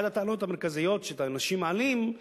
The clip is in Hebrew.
אחת הטענות המרכזיות שאנשים מעלים: